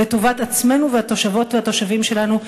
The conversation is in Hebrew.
לטובת עצמנו והתושבות והתושבים שלנו,